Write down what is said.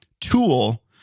tool